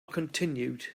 continued